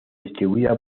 distribuida